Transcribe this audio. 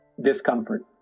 discomfort